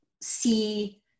see